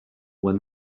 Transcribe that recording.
when